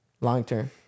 long-term